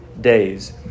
days